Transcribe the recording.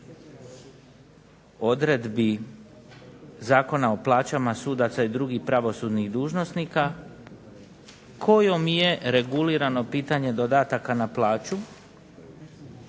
odredbi Zakona o plaćama sudaca i drugih pravosudnih dužnosnika kojom je regulirano pitanje dodataka na plaću